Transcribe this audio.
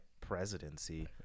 presidency –